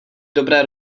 dobré